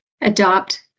adopt